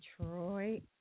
Detroit